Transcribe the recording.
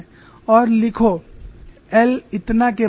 और लिखो l इतना के बराबर